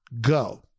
go